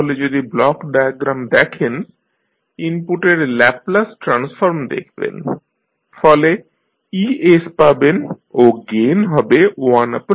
তাহলে যদি block diagram দেখেন ইনপুটের ল্যাপলাস ট্রান্সফর্ম দেখবেন ফলে es পাবেন ও গেইন হবে 1L